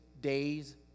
days